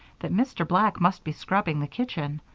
that mr. black must be scrubbing the kitchen.